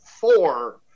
four